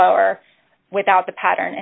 lower without the pattern